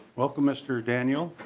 welcome mr. daniel.